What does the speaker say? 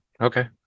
Okay